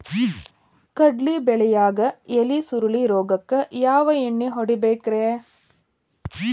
ಕಡ್ಲಿ ಬೆಳಿಯಾಗ ಎಲಿ ಸುರುಳಿ ರೋಗಕ್ಕ ಯಾವ ಎಣ್ಣಿ ಹೊಡಿಬೇಕ್ರೇ?